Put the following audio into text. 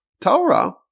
Torah